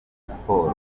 siporo